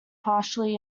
partially